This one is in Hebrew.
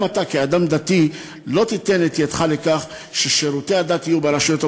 גם אתה כאדם דתי לא תיתן את ידך לכך ששירותי הדת יהיו ברשויות המקומיות.